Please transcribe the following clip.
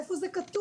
איפה זה כתוב?